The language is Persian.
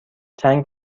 چند